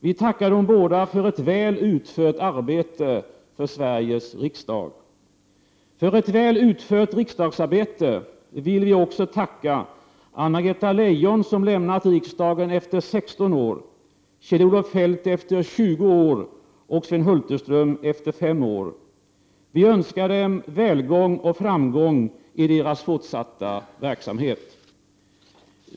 Vi tackar de båda för ett väl utfört arbete för Sveriges riksdag. För ett väl utfört riksdagsarbete vill vi också tacka Anna-Greta Leijon, som lämnar riksdagen efter 16 år, Kjell-Olof Feldt efter 20 år och Sven Hulterström efter 5 år. Vi önskar dem välgång och framgång i deras fortsatta verksamhet.